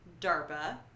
DARPA